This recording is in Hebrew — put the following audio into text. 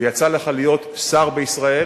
ויצא לך להיות שר בישראל,